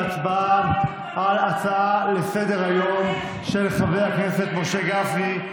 להצבעה על ההצעה לסדר-היום של חבר הכנסת משה גפני.